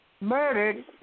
murdered